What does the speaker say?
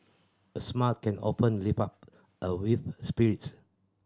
a smile can open lift up a spirit